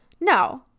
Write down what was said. No